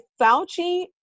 Fauci